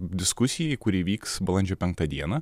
diskusijai kuri vyks balandžio penktą dieną